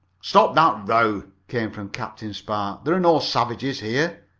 stop that row! came from captain spark. there are no savages here!